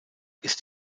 ist